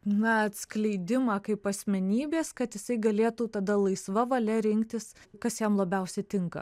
na atskleidimą kaip asmenybės kad jisai galėtų tada laisva valia rinktis kas jam labiausiai tinka